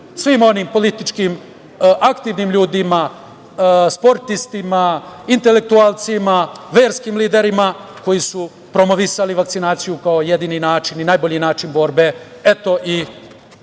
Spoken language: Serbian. svim onim političkim aktivnim ljudima, sportistima, intelektualcima, verskim liderima koji su promovisali vakcinaciju kao jedini način i najbolji način borbe. Eto, i